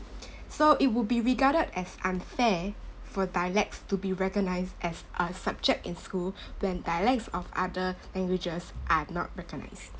so it will be regarded as unfair for dialects to be recognised as a subject in school when dialects of other languages are not recognised